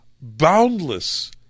boundless